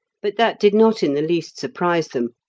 but that did not in the least surprise them,